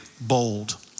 Bold